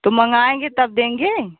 तो मंगाएंगे तब देंगे